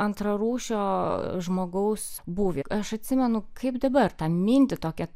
antrarūšio žmogaus būvį aš atsimenu kaip dabar tą mintį tokią